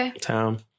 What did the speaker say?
town